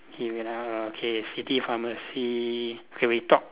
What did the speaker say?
K wait ah err okay city pharmacy okay we talk